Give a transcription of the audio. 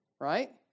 right